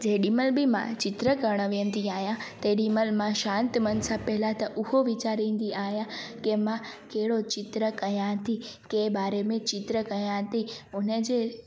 जेॾीमहिल बि मां चिटु करणु वेंदी आहियां तेॾीमहिल मां शांति मन सां पहिरियों त उहो वीचारींदी आहियां की मां कहिड़ो चिटु कयां ती कंहिं बारे में चिटु कयां थी उन जे